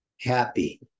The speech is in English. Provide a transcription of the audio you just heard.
happy